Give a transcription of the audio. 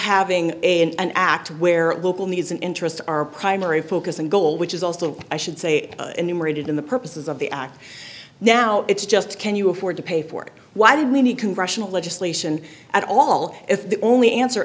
having in an act where local needs and interests are primary focus and goal which is also i should say numerated in the purposes of the act now it's just can you afford to pay for it why do we need congressional legislation at all if the only answer